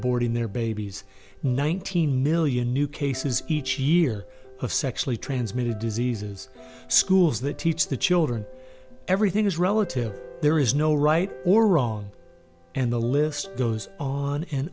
borting their babies nineteen million new cases each year of sexually transmitted diseases schools that teach the children everything is relative there is no right or wrong and the list goes on and